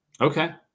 Okay